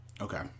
Okay